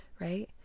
right